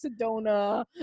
Sedona